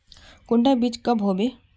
कुंडा बीज कब होबे?